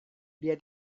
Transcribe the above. dia